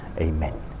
Amen